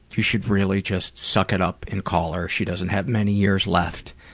you should really just suck it up and call her. she doesn't have many years left.